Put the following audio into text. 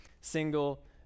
single